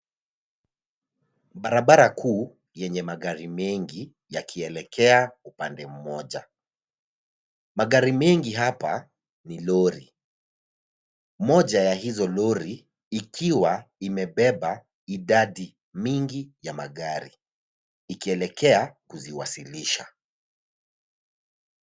Barabara kuu yenye magari mengi yakielekea upande mmoja , magari mengi hapa ni lori, moja ya hizo lori ikiwa imebeba idadi mingi ya magari ikielekea kuziwasilisha.